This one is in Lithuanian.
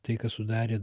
tai kas sudarė